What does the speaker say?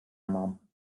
mum